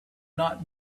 not